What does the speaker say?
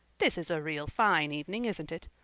this is a real fine evening, isn't it?